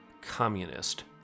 communist